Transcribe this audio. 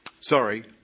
sorry